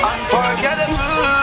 Unforgettable